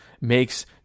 makes